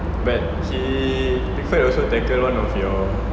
but he clifford also tackle one of your